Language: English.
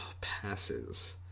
passes